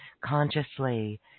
consciously